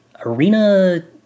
Arena